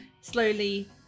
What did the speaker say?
slowly